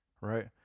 right